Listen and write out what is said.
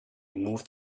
moved